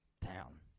town